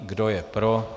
Kdo je pro?